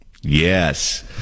Yes